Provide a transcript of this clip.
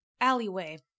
alleyway